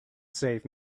save